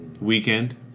Weekend